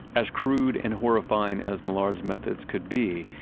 as crude and horrifying as millard's methods could be,